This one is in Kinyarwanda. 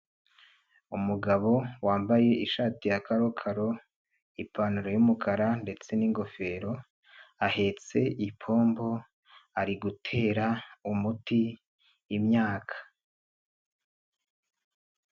Umugabo wambaye ishati ya karokaro, ipantaro y'umukara ndetse n'ingofero, ahetse ipombo ari gutera umuti imyaka.